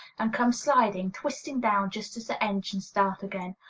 and come sliding, twisting down just as the engines start again,